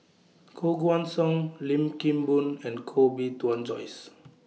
Koh Guan Song Lim Kim Boon and Koh Bee Tuan Joyce